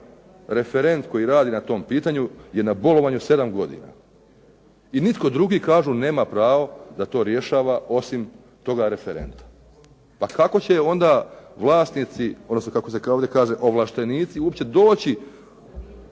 referent koji radi na tom pitanju je na bolovanju 7 godina. I nitko drugi kažu nema pravo da to rješava osim toga referenta. Pa kako će onda vlasnici, odnosno kako se ovdje kaže ovlaštenici uopće doći